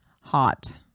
hot